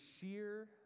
sheer